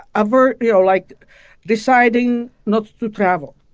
avert you know, like deciding not to travel,